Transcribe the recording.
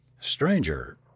Stranger